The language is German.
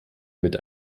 mit